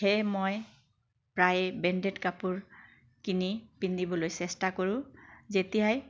সেয়ে মই প্ৰায় ব্ৰেণ্ডেড কাপোৰ কিনি পিন্ধিবলৈ চেষ্টা কৰোঁ যেতিয়াই